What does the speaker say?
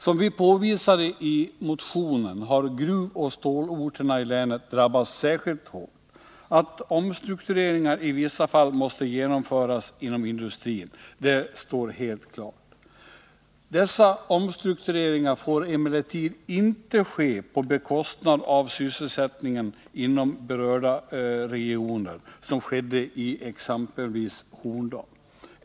Som vi påvisade i motionen har gruvoch stålorterna i länet drabbats särskilt hårt. Att omstruktureringar i vissa fall måste genomföras inom industrin står helt klart. Dessa omstruktureringar får emellertid inte ske på bekostnad av sysselsättningen inom berörda regioner, så som skedde i exempelvis Horndal.